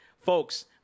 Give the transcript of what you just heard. Folks